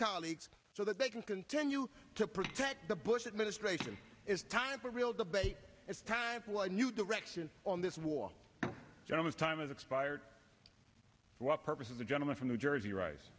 colleagues so that they can continue to protect the bush administration is time for a real debate it's time for a new direction on this war and his time is expired the purpose of the gentleman from new